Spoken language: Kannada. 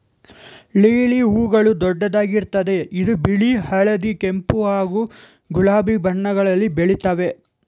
ಲಿಲಿ ಹೂಗಳು ದೊಡ್ಡದಾಗಿರ್ತದೆ ಇದು ಬಿಳಿ ಹಳದಿ ಕೆಂಪು ಹಾಗೂ ಗುಲಾಬಿ ಬಣ್ಣಗಳಲ್ಲಿ ಬೆಳಿತಾವೆ